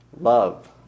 love